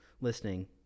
listening